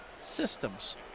Systems